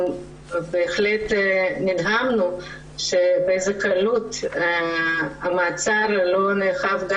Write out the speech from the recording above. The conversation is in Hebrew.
אנחנו בהחלט נדהמנו באיזו קלות המעצר לא נאכף.